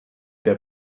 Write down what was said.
der